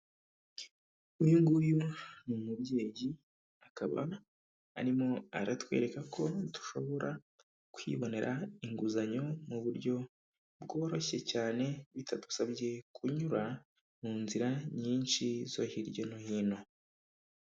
Uyu nguyu ni umubyeyi, akaba arimo aratwereka ko dushobora kwibonera inguzanyo mu buryo bworoshye cyane bitadusabye kunyura mu nzira nyinshi zo hirya no hino.